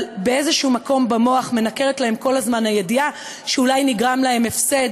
באיזה מקום במוח מנקרת להם כל הזמן הידיעה שאולי נגרם להם הפסד